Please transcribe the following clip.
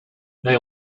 they